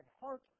heart